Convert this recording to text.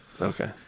okay